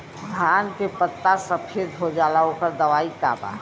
धान के पत्ता सफेद हो जाला ओकर दवाई का बा?